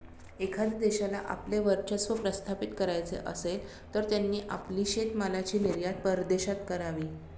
एखाद्या देशाला आपले वर्चस्व प्रस्थापित करायचे असेल, तर त्यांनी आपली शेतीमालाची निर्यात परदेशात करावी